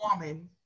woman